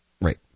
Right